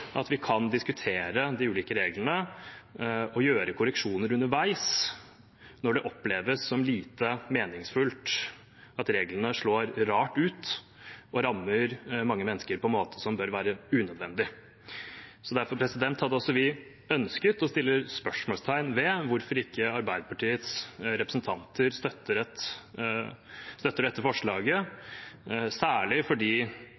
at vi kan diskutere de ulike reglene og gjøre korreksjoner underveis, når det oppleves som lite meningsfullt at reglene slår rart ut og rammer mange mennesker på en måte som bør være unødvendig. Derfor hadde også vi ønsket å sette spørsmålstegn ved hvorfor ikke Arbeiderpartiets representanter støtter dette forslaget, særlig fordi